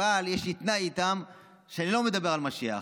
אבל יש לי תנאי איתם שאני לא מדבר על משיח,